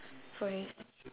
voice